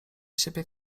siebie